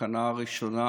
הסכנה הראשונה